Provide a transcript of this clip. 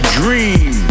dream